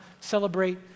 celebrate